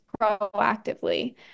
proactively